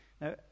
Now